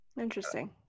Interesting